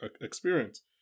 experience